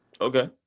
Okay